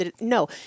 no